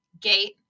gate